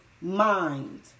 mind